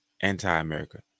anti-America